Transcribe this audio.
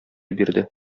бирде